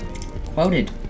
quoted